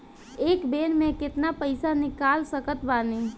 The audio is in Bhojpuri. एक बेर मे केतना पैसा निकाल सकत बानी?